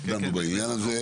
דנו בעניין הזה,